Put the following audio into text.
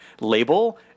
label